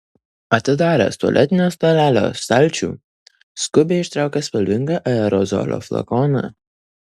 atidaręs tualetinio stalelio stalčių skubiai ištraukė spalvingą aerozolio flakoną